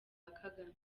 kagame